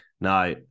Now